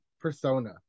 persona